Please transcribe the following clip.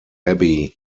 abbey